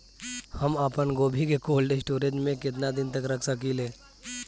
हम आपनगोभि के कोल्ड स्टोरेजऽ में केतना दिन तक रख सकिले?